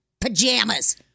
Pajamas